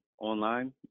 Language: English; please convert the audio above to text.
online